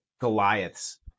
Goliaths